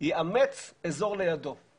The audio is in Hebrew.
נייצר להם את החזון של שיפור פני הארץ